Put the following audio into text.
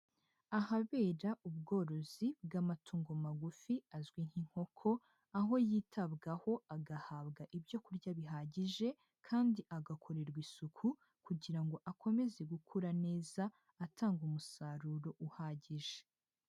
Ahabera ubworozi bw'amatungo magufi azwi nk'inkoko, aho yitabwaho agahabwa ibyo kurya bihagije kandi agakorerwa isuku kugira ngo akomeze gukura neza atanga umusaruro uhagije.